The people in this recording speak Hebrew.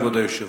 כבוד היושב-ראש,